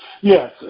Yes